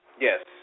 Yes